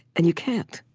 and you can't.